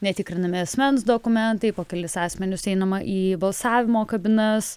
netikrinami asmens dokumentai po kelis asmenis einama į balsavimo kabinas